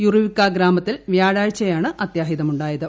യുറീവ്ക്ക ഗ്രാമത്തിൽ വ്യാഴാഴ്ചയാണ് അത്യാഹിതമുണ്ടായത്